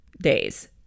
days